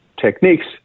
techniques